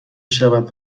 شود